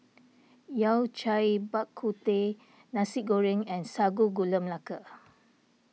Yao Cai Bak Kut Teh Nasi Goreng and Sago Gula Melaka